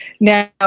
Now